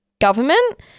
government